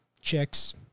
chicks